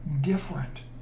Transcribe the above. different